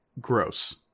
gross